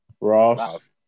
Ross